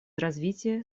развития